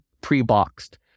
pre-boxed